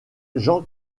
jean